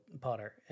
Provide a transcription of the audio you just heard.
Potter